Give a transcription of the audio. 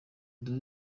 deo